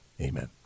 Amen